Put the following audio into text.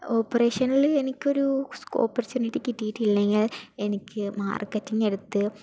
ഓപ്പറേഷനില് എനിക്ക് ഒരു ഒപ്പുർട്യൂണിറ്റി കിട്ടിട്ടില്ലെങ്കിൽ എനിക്ക് മാർക്കറ്റിംഗ് എടുത്ത്